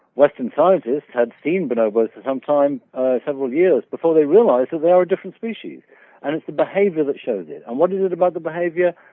western scientists had seen bonobos for some time several years before they realized that they are a different species and it's the behavior that shows it. and what is it about the behavior?